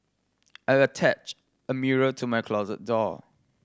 I attached a mirror to my closet door